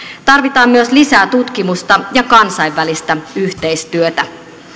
tarvitaan myös lisää tutkimusta ja kansainvälistä yhteistyötä